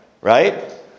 right